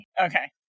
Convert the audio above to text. Okay